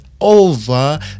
over